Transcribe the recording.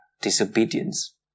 disobedience